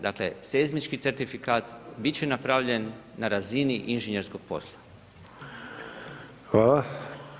Dakle, seizmički certifikat bit će napravljen na razini inženjerskog posla.